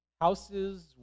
Houses